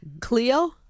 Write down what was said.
Cleo